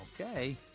Okay